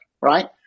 right